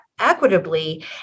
equitably